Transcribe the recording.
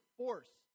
force